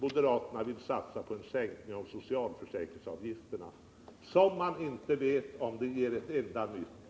Moderaterna vill satsa på en sänkning av socialförsäkringsavgifterna utan att veta om det ger ett enda nytt jobb.